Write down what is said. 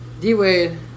D-Wade